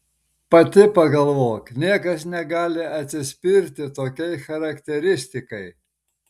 pati pagalvok niekas negali atsispirti tokiai charakteristikai